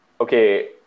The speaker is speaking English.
okay